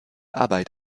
arbeit